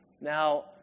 Now